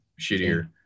shittier